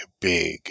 big